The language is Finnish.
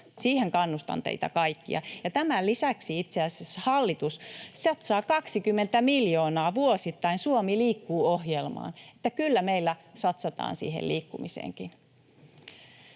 Siihen kannustan teitä kaikkia. Ja tämän lisäksi itse asiassa hallitus satsaa 20 miljoonaa vuosittain Suomi liikkeelle ‑ohjelmaan, eli kyllä meillä satsataan siihen liikkumiseenkin.